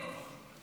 בדיוק.